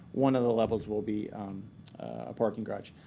one of the levels will be a parking garage.